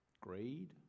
greed